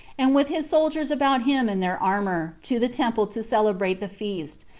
and with his soldiers about him in their armor, to the temple to celebrate the feast,